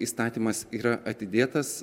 įstatymas yra atidėtas